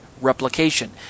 replication